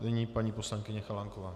Nyní paní poslankyně Chalánková.